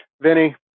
Vinny